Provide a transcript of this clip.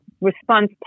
response